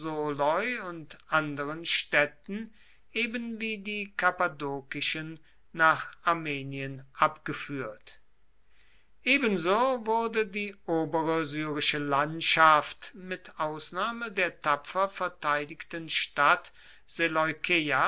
und anderen städten ebenwie die kappadokischen nach armenien abgeführt ebenso wurde die obere syrische landschaft mit ausnahme der tapfer verteidigten stadt